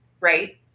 right